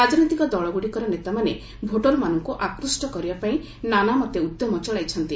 ରାଜନୈତିକ ଦଳଗୁଡ଼ିକର ନେତାମାନେ ଭୋଟର୍ମାନଙ୍କୁ ଆକୃଷ୍ଟ କରିବାପାଇଁ ନାନାମତେ ଉଦ୍ୟମ ଚଳାଇଛନ୍ତି